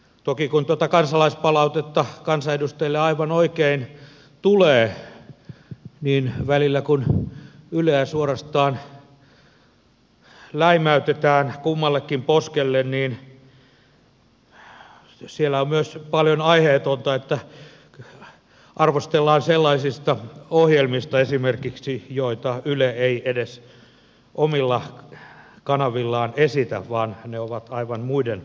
toki kun tuota kansalaispalautetta kansanedustajille aivan oikein tulee niin välillä kun yleä suorastaan läimäytetään kummallekin poskelle niin siellä on myös paljon aiheetonta arvostellaan esimerkiksi sellaisista ohjelmista joita yle ei edes omilla kanavillaan esitä vaan ne ovat aivan muiden yhtiöiden ohjelmatarjontaa